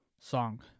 Song